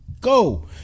go